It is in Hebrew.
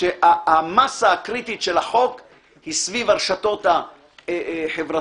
שהמסה הקריטית של החוק היא סביב הרשתות החברתיות.